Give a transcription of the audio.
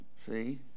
see